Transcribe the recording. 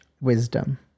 wisdom